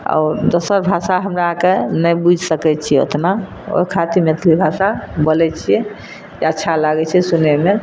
आओर दोसर भाषा हमरा आरके नहि बुझि सकैत छियै ओतना ओहि खातिर मैथिली भाषा बोलैत छियै जे अच्छा लागैत छै सुनैमे